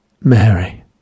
Mary